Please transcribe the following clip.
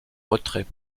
retrait